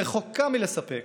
רחוקה מלספק,